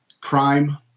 crime